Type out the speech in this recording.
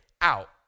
out